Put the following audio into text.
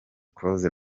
close